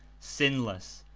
sinless,